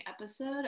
episode